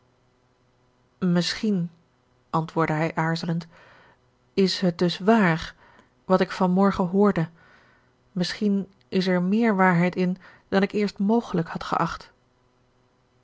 misschien antwoordde hij aarzelend is het dus waar wat ik van morgen hoorde misschien is er meer waarheid in dan ik eerst mogelijk had geacht